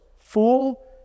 fool